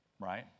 right